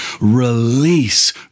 release